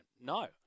no